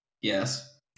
Yes